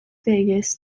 vegas